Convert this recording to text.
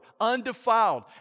undefiled